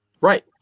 Right